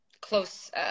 close